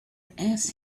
asked